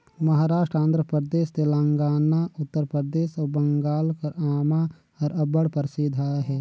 महारास्ट, आंध्र परदेस, तेलंगाना, उत्तर परदेस अउ बंगाल कर आमा हर अब्बड़ परसिद्ध अहे